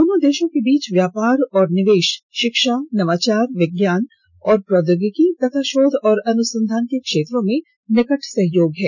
दोनों देशों के बीच व्यापार और निवेश शिक्षा नवाचार विज्ञान और प्रौद्योगिकी तथा शोध और अनुसंधान के क्षेत्रों में निकट सहयोग है